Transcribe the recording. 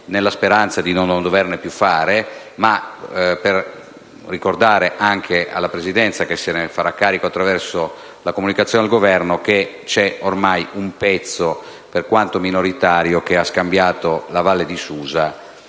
nella speranza di non doverne più fare, e per ricordare anche alla Presidenza, che se ne farà carico attraverso la comunicazione al Governo, che c'è ormai un pezzo, per quanto minoritario, che ha scambiato la Val di Susa